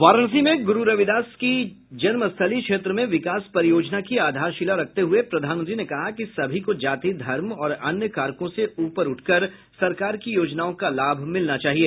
वाराणसी में गुरू रविदास की जन्म स्थली क्षेत्र में विकास परियोजना की आधारशिला रखते हुए प्रधानमंत्री ने कहा कि सभी को जाति धर्म और अन्य कारकों से ऊपर उठकर सरकार की योजनाओं का लाभ मिलना चाहिए